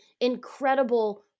incredible